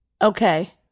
Okay